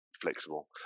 flexible